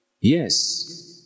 Yes